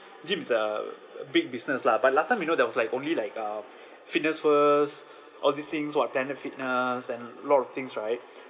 gym is a big business lah but last time you know there was like only like um fitness first all these things [what] tenor fitness and lot of things right